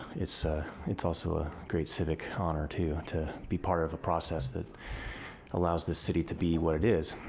it's ah it's also a great civic honor to to be part of a process that allows this city to be what it is.